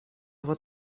вот